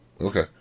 okay